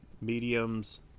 mediums